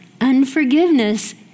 unforgiveness